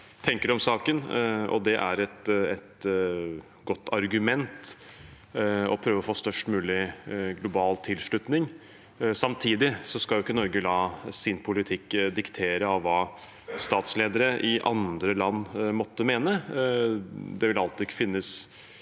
tenker om saken. Det er et godt argument å prøve å få størst mulig global tilslutning. Samtidig skal ikke Norge la sin politikk dikteres av hva statsledere i andre land måtte mene. Det vil alltid finnes